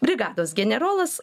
brigados generolas